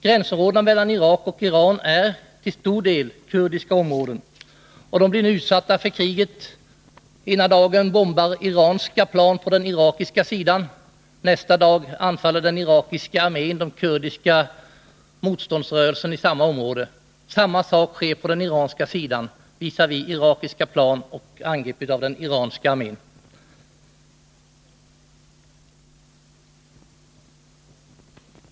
Gränsområdena mellan Irak och Iran är till stor del kurdiska områden, och de blir nu utsatta för kriget. Ena dagen bombar iranska plan på den irakiska sidan. Nästa dag anfaller den irakiska armén den kurdiska motståndsrörelsen isamma område. Samma sak sker på den iranska sidan med irakiska plan och med angrepp av den iranska armén.